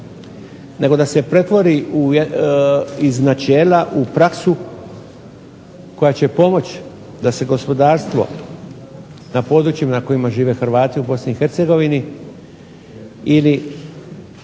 nego da se pretvori iz načela u praksu koja će pomoći da se gospodarstvo na područjima na kojima žive Hrvati u BiH ili